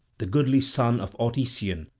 the goodly son of autesion,